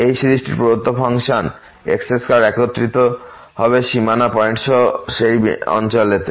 এই সিরিজটি প্রদত্ত ফাংশন x2 একত্রিত হবে সীমানা পয়েন্ট সহ সেই অঞ্চলেতে